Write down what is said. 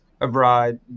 abroad